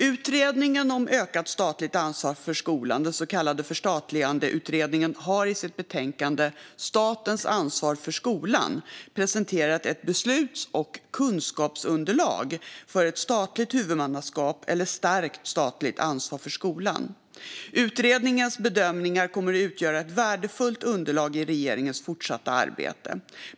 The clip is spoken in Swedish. Utredningen om ökat statligt ansvar för skolan, den så kallade förstatligandeutredningen, har i sitt betänkande Statens ansvar för skolan presenterat ett besluts och kunskapsunderlag för ett statligt huvudmannaskap eller stärkt statligt ansvar för skolan. Utredningens bedömningar kommer att utgöra ett värdefullt underlag i regeringens fortsatta arbete.